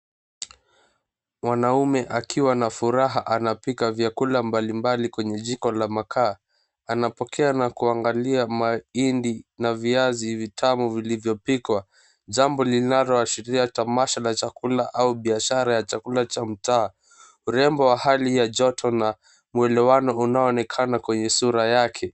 Mwanamume akiwa na furaha anapika vyakula mbalimbali kwenye jiko la makaa. Anapokea na kuangalia mahindi na viazi vitamu vilivyopikwa. Jambo linaloashiria tamasha la chakula au biashara ya chakula cha mtaa. Urembo wa hali ya joto na muelewa unaonekana kwenye sura yake.